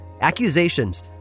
accusations